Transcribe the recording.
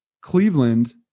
Cleveland